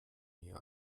ihr